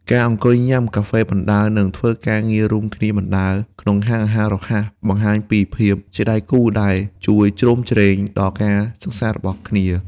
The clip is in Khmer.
ការអង្គុយញ៉ាំកាហ្វេបណ្ដើរ និងធ្វើការងាររួមគ្នាបណ្ដើរក្នុងហាងអាហាររហ័ស បង្ហាញពីភាពជាដៃគូដែលជួយជ្រោមជ្រែងដល់ការសិក្សារបស់គ្នា។